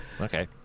Okay